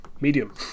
medium